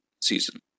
season